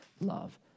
love